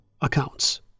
accounts